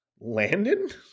Landon